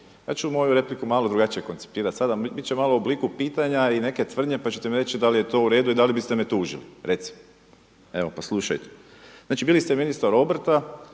Ja ću moju repliku malo drugačije koncipirati. Bit će malo u obliku pitanja i neke tvrdnje pa ćete mi reći da li je to u redu i da li biste me tužili recimo, pa slušajte. Znači, bili ste ministar obrta,